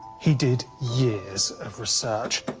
he did years of research.